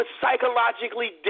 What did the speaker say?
psychologically